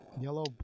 Yellow